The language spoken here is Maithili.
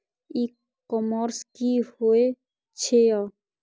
ई कॉमर्स की होय छेय?